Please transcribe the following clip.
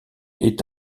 est